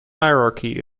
hierarchy